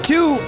Two